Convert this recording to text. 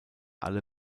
alle